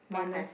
melons